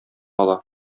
ала